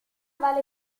vale